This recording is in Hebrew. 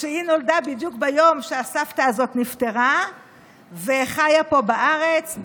היא נולדה בדיוק ביום שהסבתא הזאת נפטרה וחיה פה בארץ,